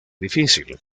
difícil